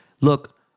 Look